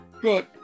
Good